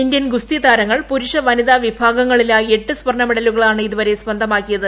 Indian ഗുസ്തി താരങ്ങൾ പുരുഷ വനിതാ വിഭാഗങ്ങളിലായി എട്ടു സ്വർണ്ണ മെഡലുകളാണ് ഇതു വരെ സ്വന്തമാക്കിയത്